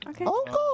Okay